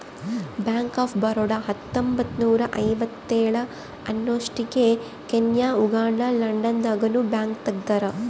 bank of Baroda ಹತ್ತೊಂಬತ್ತ್ನೂರ ಐವತ್ತೇಳ ಅನ್ನೊಸ್ಟಿಗೆ ಕೀನ್ಯಾ ಉಗಾಂಡ ಲಂಡನ್ ದಾಗ ನು ಬ್ಯಾಂಕ್ ತೆಗ್ದಾರ